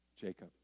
Jacob